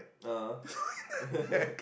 ah